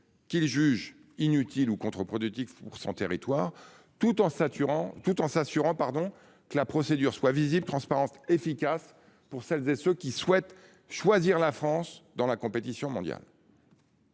qu'ils jugent inutile ou contre-productif pour son territoire tout en saturant tout en s'assurant pardon que la procédure soit visible transparence efficace pour celles et ceux qui souhaitent choisir la France dans la compétition mondiale.